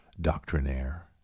doctrinaire